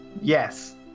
Yes